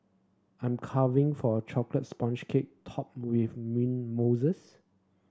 I'm caving for a chocolate sponge cake topped with mint mousses